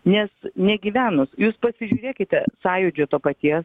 nes negyvenus jūs pasižiūrėkite sąjūdžio to paties